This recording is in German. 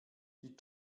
die